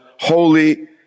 Holy